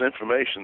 information